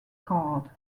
card